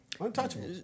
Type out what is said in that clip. Untouchable